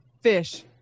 fish